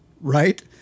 right